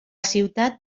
ciutat